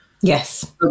Yes